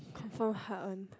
confirm hard one